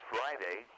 Friday